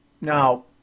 Now